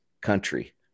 country